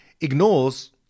ignores